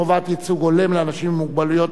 חובת ייצוג הולם לאנשים עם מוגבלות),